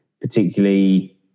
particularly